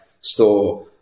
store